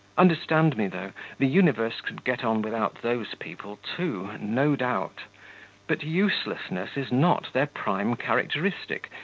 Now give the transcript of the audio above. understand me, though the universe could get on without those people too. no doubt but uselessness is not their prime characteristic,